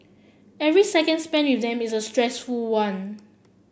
every seconds spent with them is a stressful one